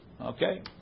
Okay